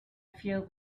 feel